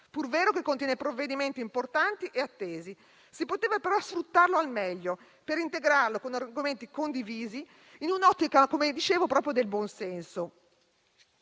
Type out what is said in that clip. pur vero che il testo contiene provvedimenti importanti e attesi; si poteva, però, sfruttarlo al meglio, per integrarlo con argomenti condivisi, in un'ottica, come dicevo, di buon senso.